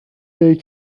they